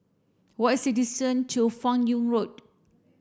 what is the distance to Fan Yoong Road